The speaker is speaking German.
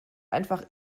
einfach